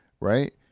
Right